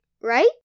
right